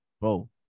Bro